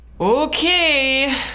Okay